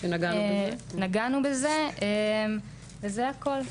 נגענו בזה, וזה הכול.